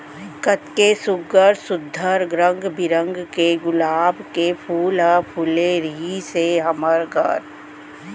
कतेक सुग्घर सुघ्घर रंग बिरंग के गुलाब के फूल ह फूले रिहिस हे हमर घर